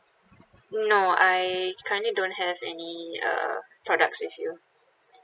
no I currently don't have any err products with you